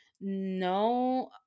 no